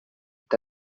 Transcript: est